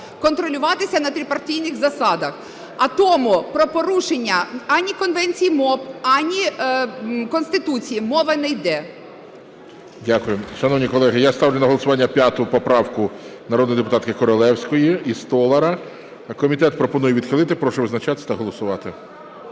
контролюватися на трипартійних засадах. А тому про порушення ані конвенції МОП, ані Конституції мова не йде. ГОЛОВУЮЧИЙ. Дякую. Шановні колеги, я ставлю на голосування 5 поправку народної депутатки Королевської і Столара. Комітет пропонує відхилити. Прошу визначатись та голосувати.